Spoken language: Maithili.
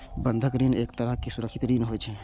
बंधक ऋण एक तरहक सुरक्षित ऋण होइ छै